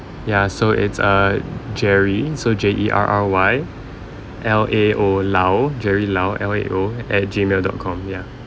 ya so it's uh jerry so J E R R Y L A O lao jerry lao L A O at Gmail dot com ya